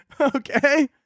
Okay